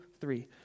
three